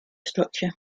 structure